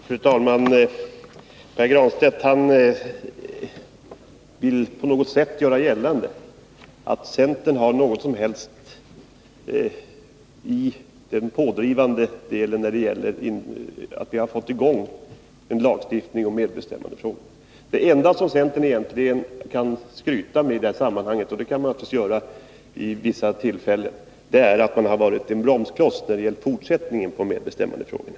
Fru talman! Pär Granstedt vill göra gällande att centern har drivit på när det gällt att få till stånd en lagstiftning i medbestämmandefrågorna. Det enda som centern egentligen kan skryta med i det sammanhanget — för det kan man naturligtvis göra vid vissa tillfällen — är att man har varit en bromskloss när det gällt att gå vidare i medbestämmandefrågorna.